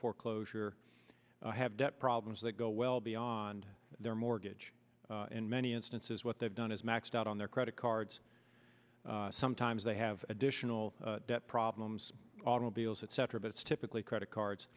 foreclosure have debt problems that go well beyond their mortgage in many instances what they've done is maxed out on their credit cards sometimes they have additional debt problems automobiles etc that's typically credit cards